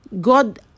God